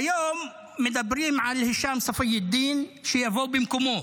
כיום מדברים על האשם ספי א-דין, שיבוא במקומו,